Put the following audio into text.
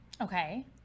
Okay